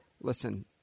listen